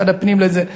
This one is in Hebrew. משרד הפנים לזה,